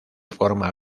forma